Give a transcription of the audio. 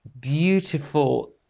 beautiful